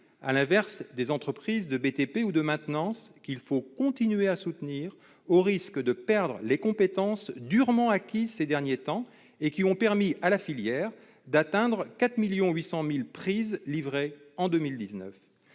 à l'inverse des entreprises de BTP ou de maintenance, qu'il faut continuer à soutenir, sauf à perdre les compétences durement acquises ces derniers temps, qui ont permis à la filière de livrer 4 millions de prises en 2019.